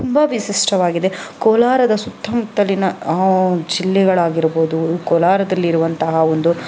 ತುಂಬ ವಿಶಿಷ್ಟವಾಗಿದೆ ಕೋಲಾರದ ಸುತ್ತಮುತ್ತಲಿನ ಜಿಲ್ಲೆಗಳಾಗಿರ್ಬೋದು ಕೋಲಾರದಲ್ಲಿರುವಂತಹ ಒಂದು